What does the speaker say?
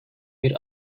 bir